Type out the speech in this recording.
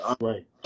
Right